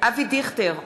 אבי דיכטר,